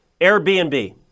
Airbnb